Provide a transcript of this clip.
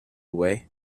away